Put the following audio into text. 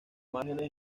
márgenes